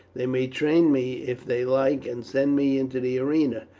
they may train me if they like and send me into the arena,